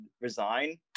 resign